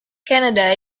canada